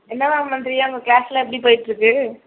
என்ன மேம் பண்றீங்க அங்கே க்ளாஸ்லாம் எப்படி போயிட்டிருக்கு